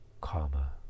karma